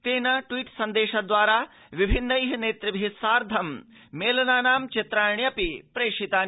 तेन ट्वीट् संदेश द्वारा विभिन्नैः नेतृभिः सार्धं मेलनानां चित्राण्यपि प्रेषितानि